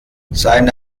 seine